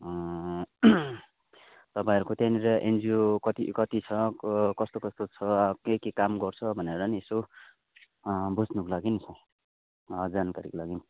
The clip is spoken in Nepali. तपाईँहरूको त्यहाँनिर एनजिओ कति कति छ कस्तो कस्तो छ के के काम गर्छ भनेर नि यसो बुझ्नुको लागि नी जानकारीको लागि